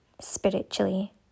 spiritually